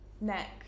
neck